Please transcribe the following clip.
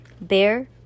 bear